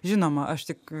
žinoma aš tik